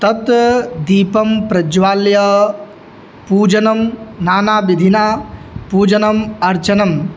तत् दीपं प्रज्वाल्य पूजनं नानाविधिना पूजनम् अर्चनं